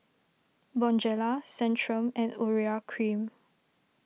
Bonjela Centrum and Urea Cream